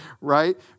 right